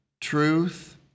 truth